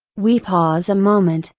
we pause a moment,